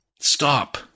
Stop